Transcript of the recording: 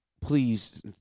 please